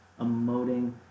emoting